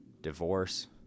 divorce